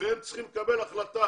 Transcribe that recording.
ושהם צריכים לקבל החלטה?